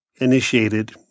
initiated